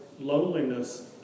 loneliness